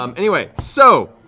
um anyway, so!